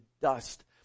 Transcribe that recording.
dust